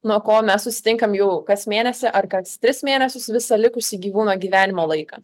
nuo ko mes susitinkam jau kas mėnesį ar kas tris mėnesius visą likusį gyvūno gyvenimo laiką